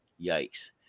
yikes